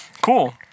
cool